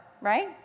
right